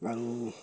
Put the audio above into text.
আৰু